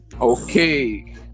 Okay